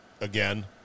again